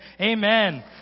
amen